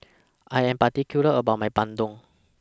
I Am particular about My Bandung